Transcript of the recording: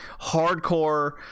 hardcore